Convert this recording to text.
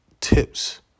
tips